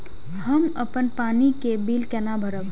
हम अपन पानी के बिल केना भरब?